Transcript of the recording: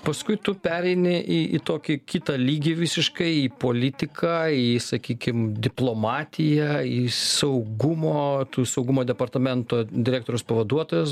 paskui tu pereini į į tokį kitą lygį visiškai į politiką į sakykim diplomatiją į saugumo tu saugumo departamento direktoriaus pavaduotojas